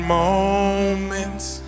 moments